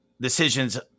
decisions